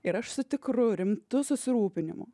ir aš su tikru rimtu susirūpinimu